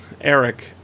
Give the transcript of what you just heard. eric